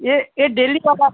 ये ये डेली वाला